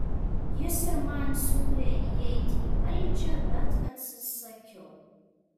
jis ir man siūlė įeiti į valdžią bet atsisakiau